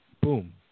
Boom